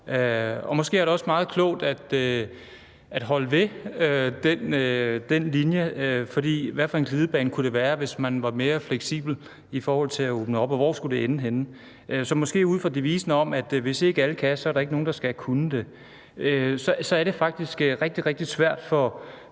Og måske er det også meget klogt at holde ved den linje, for hvilken glidebane kunne det være, hvis man var mere fleksibel i forhold til at åbne op, og hvor skulle det ende henne? Så det er måske ud fra devisen om, at hvis ikke alle kan, så er der ikke nogen, der skal kunne det. Og så er det faktisk rigtig, rigtig svært for